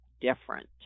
different